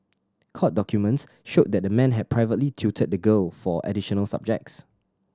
court documents showed that the man had privately tutored the girl for additional subjects